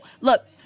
look